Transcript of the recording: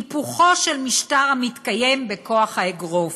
היפוכו של משטר המתקיים בכוח האגרוף.